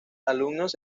alumnos